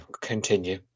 continue